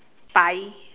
pie